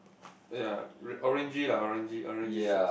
uh yea r~ orangey lah orangey orangey shorts